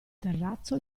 terrazzo